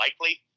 likely